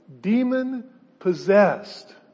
demon-possessed